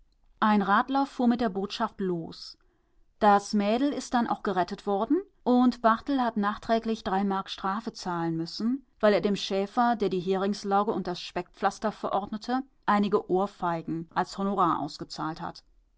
ein radler fuhr mit der botschaft los das mädel ist dann auch gerettet worden und barthel hat nachträglich drei mark strafe zahlen müssen weil er dem schäfer der die heringslauge und das speckpflaster verordnete einige ohrfeigen als honorar ausgezahlt hat